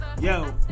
yo